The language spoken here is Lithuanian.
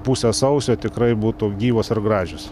pusę sausio tikrai būtų gyvos ir gražios